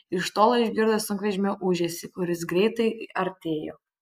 iš tolo išgirdo sunkvežimio ūžesį kuris greitai artėjo